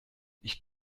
ich